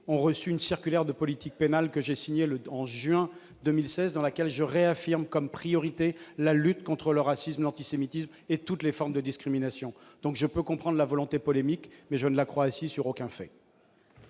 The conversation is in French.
ont reçu une circulaire de politique pénale que j'ai signée en juin 2016, dans laquelle je réaffirme comme priorité la lutte contre le racisme, l'antisémitisme et toutes les formes de discrimination. Je puis comprendre la volonté polémique, mais je ne la crois assise sur aucun fait